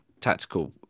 tactical